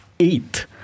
Eighth